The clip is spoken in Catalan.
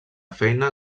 feina